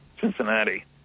Cincinnati